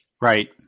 Right